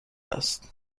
است